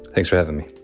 thanks for having me.